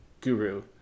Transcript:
guru